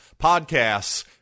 podcasts